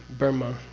burma,